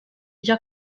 già